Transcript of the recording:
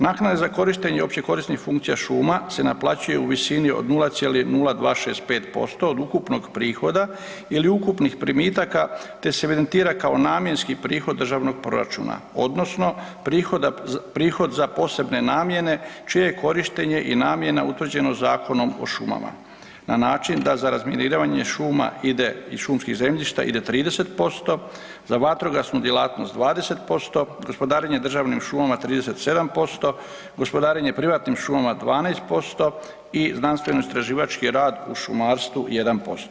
Naknada za korištenje općekorisnih funkcija šuma se naplaćuje u visini od 0,0265 posto od ukupnog prihoda ili ukupnih primitaka, te se evidentira kao namjenski prihod državnog proračuna, odnosno prihod za posebne namjene čije je korištenje i namjena utvrđeno Zakonom o šumama na način da za razminiranje šuma ide i šumskih zemljišta ide 30%, za vatrogasnu djelatnost 20%, gospodarenje državnim šumama 37%, gospodarenje prirodnim šumama 12% i znanstveno-istraživački rad u šumarstvu 1%